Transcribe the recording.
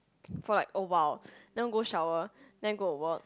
for like awhile then go shower then go to work